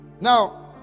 Now